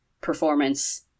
performance